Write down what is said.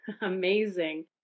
Amazing